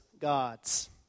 gods